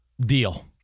deal